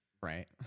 Right